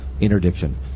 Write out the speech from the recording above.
interdiction